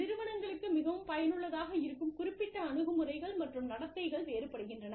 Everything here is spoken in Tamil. நிறுவனங்களுக்கு மிகவும் பயனுள்ளதாக இருக்கும் குறிப்பிட்ட அணுகுமுறைகள் மற்றும் நடத்தைகள் வேறுபடுகின்றன